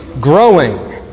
growing